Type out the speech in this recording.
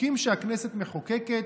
בחוקים שהכנסת מחוקקת.